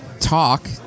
Talk